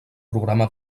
programa